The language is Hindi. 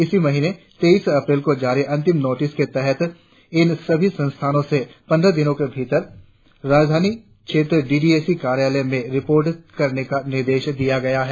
इसी महिने तेईस अप्रैल को जारी अंतिम नॉटिस के तहत इन संभी संस्थानों से पंद्रह दिनों के भीतर राजधानी क्षेत्र डी डी एस ई कार्यालय में रिपोर्ट करने का निर्देश दिया गया है